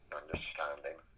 understanding